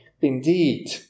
Indeed